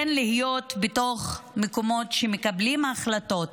להיות בתוך מקומות שמקבלים החלטות.